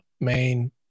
main